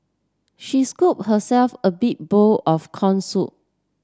she scooped herself a big bowl of corn soup